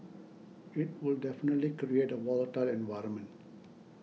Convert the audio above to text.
it would definitely create a volatile environment